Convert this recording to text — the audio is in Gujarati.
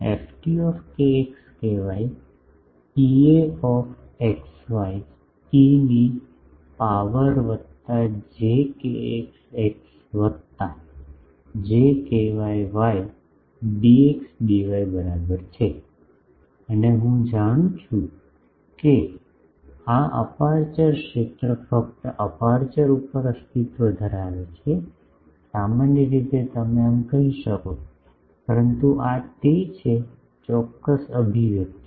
ft Ea e ની પાવર વત્તા j kx x વત્તા j ky y dxdy બરાબર છે અને હું જાણું છું કે આ અપેરચ્યોર ક્ષેત્ર ફક્ત અપેરચ્યોર ઉપર અસ્તિત્વ ધરાવે છે સામાન્ય રીતે તમે આમ કહી શકો પરંતુ આ તે છે ચોક્કસ અભિવ્યક્તિ